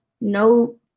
no